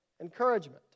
encouragement